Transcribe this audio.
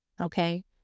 okay